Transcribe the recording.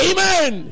Amen